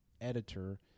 editor